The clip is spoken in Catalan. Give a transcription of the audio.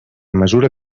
mesura